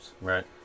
Right